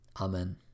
Amen